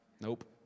Nope